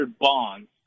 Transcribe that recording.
bonds